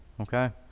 okay